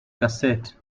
cassette